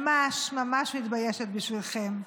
ממש ממש מתביישת בשבילכם.